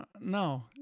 no